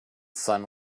sun